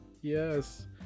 Yes